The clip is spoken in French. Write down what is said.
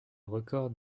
record